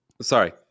sorry